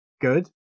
good